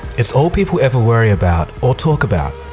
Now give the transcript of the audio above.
it's all people ever worry about or talk about.